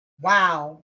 wow